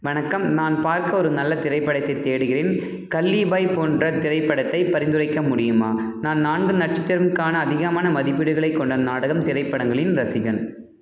வணக்கம் நான் பார்க்க ஒரு நல்ல திரைப்படத்தைத் தேடுகிறேன் கல்லி பாய் போன்ற திரைப்படத்தைப் பரிந்துரைக்க முடியுமா நான் நன்கு நட்சத்திரம்க்கான அதிகமான மதிப்பீடுகளைக் கொண்ட நாடகம் திரைப்படங்களின் ரசிகன்